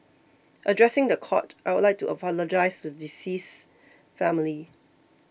addressing the court I would like to apologise to the deceased's family